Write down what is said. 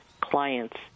clients